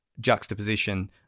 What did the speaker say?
juxtaposition